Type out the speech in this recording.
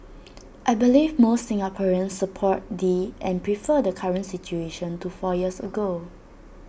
I believe most Singaporeans support the and prefer the current situation to four years ago